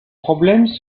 problèmes